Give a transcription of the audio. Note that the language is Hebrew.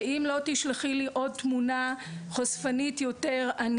שאם לא תשלחי לי עוד תמונה חושפנית יותר,